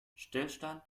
stillstand